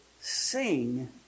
sing